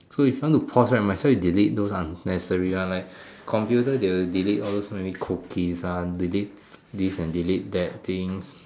so if you want to pause right might as well you delete those unnecessary ones like computer they will delete all those memory cookies ah they will delete this and delete that things